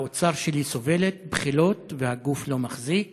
והאוצר שלי סובלת בחילות, והגוף לא מחזיק,